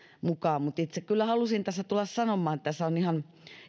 mukaan mutta itse kyllä halusin tulla sanomaan että tässä vastalauseessamme on ihan